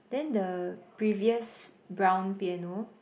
then the previous brown piano